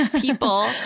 people